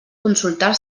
consultar